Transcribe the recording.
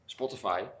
Spotify